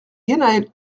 guénhaël